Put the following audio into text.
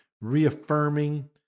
reaffirming